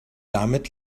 damit